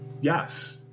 Yes